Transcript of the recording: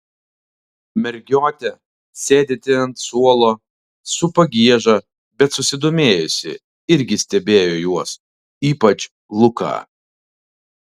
mergiotė sėdinti ant suolo su pagieža bet susidomėjusi irgi stebėjo juos ypač luką